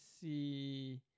see